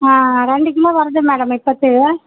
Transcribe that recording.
ஆ இரண்டு கிலோ வருது மேடம் இப்போத்தது